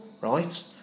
Right